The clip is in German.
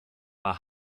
war